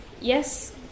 Yes